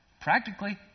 Practically